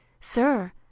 Sir